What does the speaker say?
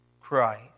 Christ